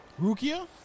Rukia